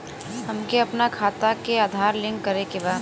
हमके अपना खाता में आधार लिंक करें के बा?